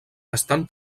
estan